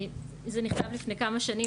זה נכתב לפני כמה שנים,